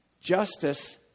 Justice